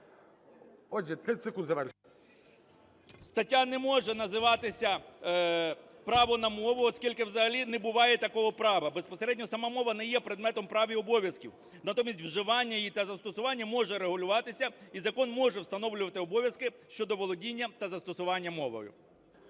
Стаття не може називатися "Право на мову", оскільки взагалі не буває такого права. Безпосередньо сама мова не є предметом прав і обов'язків, натомість вживання її та застосування може регулюватися, і закон може встановлювати обов'язки щодо володіння та застосування мови.